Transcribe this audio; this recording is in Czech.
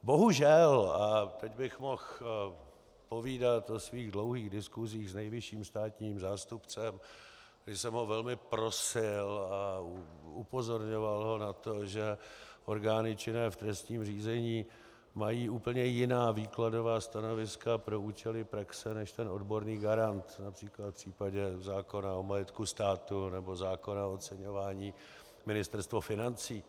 Bohužel a teď bych mohl povídat o svých dlouhých diskusích s nejvyšším státním zástupcem, kdy jsem ho velmi prosil a upozorňoval ho na to, že orgány činné v trestním řízení mají úplně jiná výkladová stanoviska pro účely praxe než ten odborný garant, například v případě zákona o majetku státu nebo zákona o oceňování Ministerstvo financí.